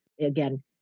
Again